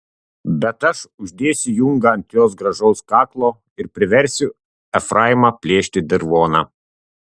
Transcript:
bet aš uždėsiu jungą ant jos gražaus kaklo ir priversiu efraimą plėšti dirvoną